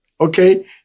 Okay